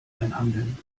einhandeln